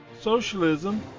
socialism